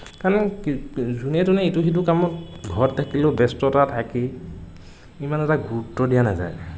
কাৰণ কি যোনো তোনে ইটো সিটো কামত ঘৰত থাকিলেও ব্য়স্ততা থাকেই ইমান এটা গুৰুত্ব দিয়া নাযায়